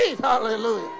Hallelujah